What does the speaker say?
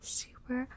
super